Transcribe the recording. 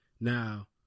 Now